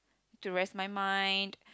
to rest my mind